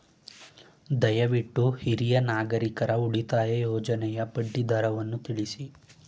ದಯವಿಟ್ಟು ಹಿರಿಯ ನಾಗರಿಕರ ಉಳಿತಾಯ ಯೋಜನೆಯ ಬಡ್ಡಿ ದರವನ್ನು ತಿಳಿಸಿ